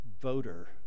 voter